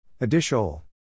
Additional